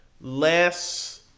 less